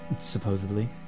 supposedly